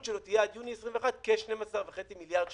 עלותו תהיה עד יוני 21' כ-12.5 מיליארד שקלים.